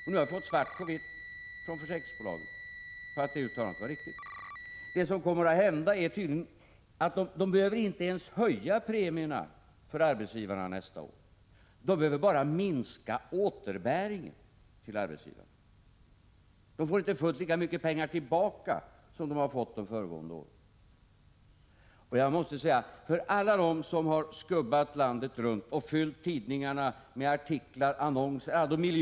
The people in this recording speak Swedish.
Och nu har vi fått svart på vitt från försäkringsbolagen på att detta uttalande var riktigt. Det som kommer att hända är tydligen att de inte ens behöver höja premierna för arbetsgivarna nästa år. De behöver bara minska återbäringen Arbetsgivarna får inte fullt lika mycket pengar tillbaka som de fått de föregående åren. Vi har ju sagt att vi tror att resultatet troligen blir att återbetalningen till premieinbetalarna inte blir fullt så stor.